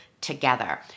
together